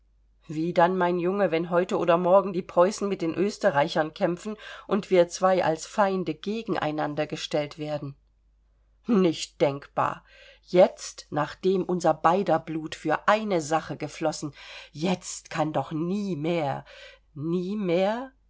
wie dann mein junge wenn heute oder morgen die preußen mit den österreichern kämpfen und wir zwei als feinde gegeneinander gestellt werden nicht denkbar jetzt nachdem unser beider blut für eine sache geflossen jetzt kann doch nie mehr nie mehr